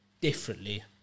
differently